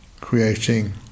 creating